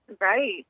Right